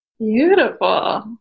Beautiful